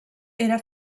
era